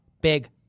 big